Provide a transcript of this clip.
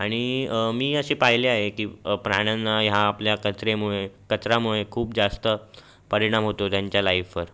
आणि मी असे पाहिले आहे की प्राण्यांना ह्या आपल्या कचऱ्यामुळे कचऱ्यामुळे खूप जास्त परिणाम होतो आहे त्यांच्या लाईफवर